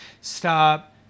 Stop